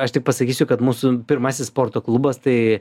aš tik pasakysiu kad mūsų pirmasis sporto klubas tai